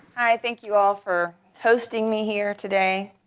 i thank you all for hosting me here today.